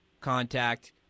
contact